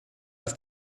ist